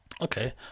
Okay